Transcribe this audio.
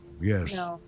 Yes